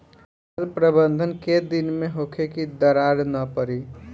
जल प्रबंधन केय दिन में होखे कि दरार न पड़ी?